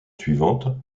suivantes